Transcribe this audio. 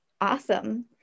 awesome